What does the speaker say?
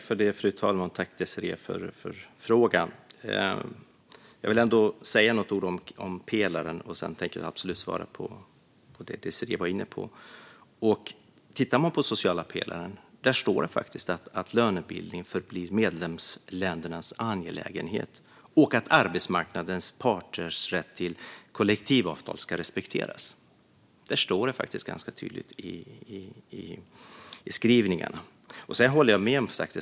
Fru talman! Jag tackar Désirée Pethrus för frågan. Jag vill säga några ord om pelaren, och sedan tänker jag svara på Désirée Pethrus frågor. Det framgår i skrivningarna om den sociala pelaren att lönebildning förblir medlemsländernas angelägenheter och att arbetsmarknadens parters rätt till kollektivavtal ska respekteras. Det står tydligt i skrivningarna.